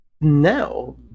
no